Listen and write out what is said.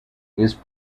his